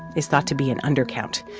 is thought to be an undercount.